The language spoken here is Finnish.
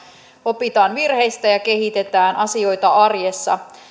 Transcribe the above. opitaan virheistä ja kehitetään asioita arjessa